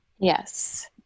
Yes